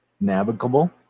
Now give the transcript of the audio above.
navigable